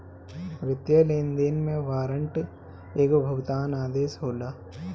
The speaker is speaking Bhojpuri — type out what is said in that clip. वित्तीय लेनदेन में वारंट एगो भुगतान आदेश होला